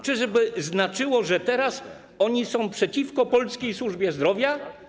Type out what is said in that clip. Czyżby znaczyło to, że teraz oni są przeciwko polskiej służbie zdrowia?